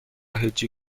هجی